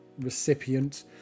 recipient